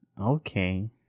Okay